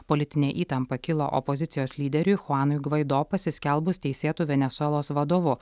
politinė įtampa kilo opozicijos lyderiui chuanui gvaido pasiskelbus teisėtu venesuelos vadovu